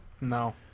No